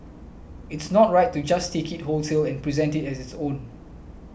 it's not right to just take it wholesale and present it as its own